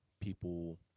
people